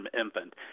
infant